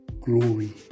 Glory